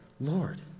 Lord